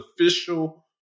official